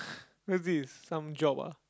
what's this some job ah